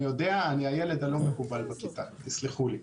אני יודע, אני הילד הלא מקובל בכיתה, תסלחו לי.